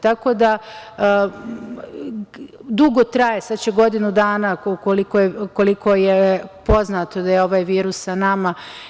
Tako da, dugo traje, sad će godinu dana, koliko je poznato da je ovaj virus sa nama.